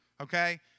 Okay